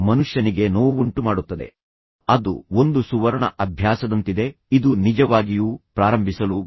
ಆದರೆ ನಂತರ ನಾನು ಅದನ್ನು ಚಿನ್ನದೊಂದಿಗೆ ಹೋಲಿಸಿದಾಗ ಅದು ನಿಮಗೆ ಹೆಚ್ಚಿನ ಪ್ರತಿಫಲವನ್ನು ನೀಡುತ್ತದೆ